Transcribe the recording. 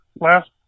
last